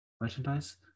merchandise